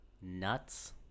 nuts